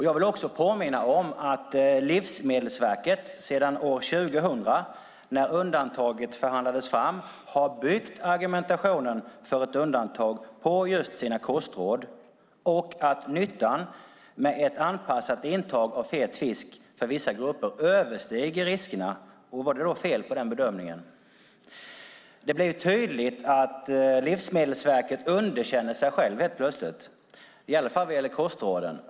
Jag vill också påminna om att Livsmedelsverket sedan år 2000 när undantaget förhandlades fram har byggt argumentationen för ett undantag på just sina kostråd och att nyttan med ett anpassat intag av fet fisk för vissa grupper överstiger riskerna. Var det fel på den bedömningen? Det blir tydligt att Livsmedelsverket underkänner sig självt helt plötsligt, i alla fall vad gäller kostråden.